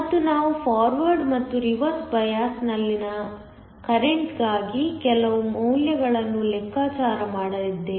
ಮತ್ತು ನಾವು ಫಾರ್ವರ್ಡ್ ಮತ್ತು ರಿವರ್ಸ್ ಬಯಾಸ್ನಲ್ಲಿನ ರೆಂಟ್ಗಾಗಿ ಕೆಲವು ಮೌಲ್ಯಗಳನ್ನು ಲೆಕ್ಕಾಚಾರ ಮಾಡಲಿದ್ದೇವೆ